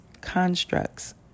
constructs